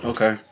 Okay